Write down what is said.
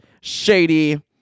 shady